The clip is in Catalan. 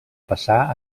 passar